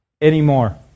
anymore